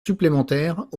supplémentaires